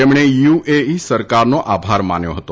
તેમણે યુએઇ સરકારનો આભાર માન્યો હતો